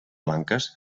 blanques